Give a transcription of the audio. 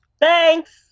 Thanks